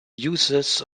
uses